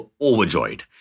overjoyed